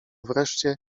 wreszcie